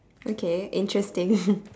okay interesting